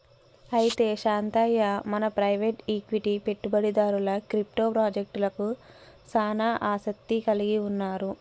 అయితే శాంతయ్య మన private equity పెట్టుబడిదారులు క్రిప్టో పాజెక్టలకు సానా ఆసత్తి కలిగి ఉన్నారు